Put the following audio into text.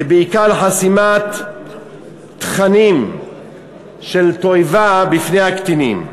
ובעיקר לחסימת תכנים של תועבה בפני הקטינים.